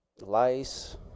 lice